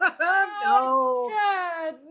no